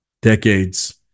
decades